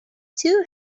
too